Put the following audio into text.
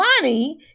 Money